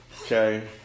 Okay